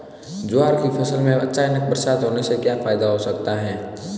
ज्वार की फसल में अचानक बरसात होने से क्या फायदा हो सकता है?